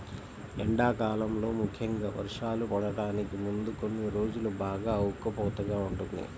ఎండాకాలంలో ముఖ్యంగా వర్షాలు పడటానికి ముందు కొన్ని రోజులు బాగా ఉక్కపోతగా ఉంటుంది